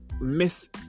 miss